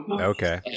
Okay